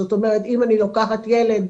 זאת אומרת, אם אני לוקחת ילד